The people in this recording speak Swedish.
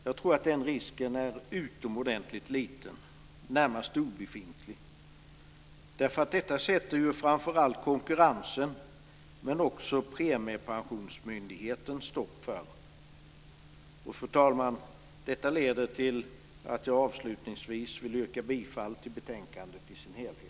Jag tror att den risken är utomordentligt liten, närmast obefintlig. Detta sätter framför allt konkurrensen, men också premiepensionsmyndigheten, stopp för. Fru talman! Avslutningsvis vill jag yrka bifall till hemställan i betänkandet i dess helhet.